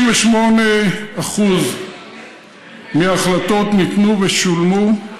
98% מההחלטות ניתנו ושולמו.